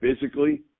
physically